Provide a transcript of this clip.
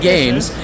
Games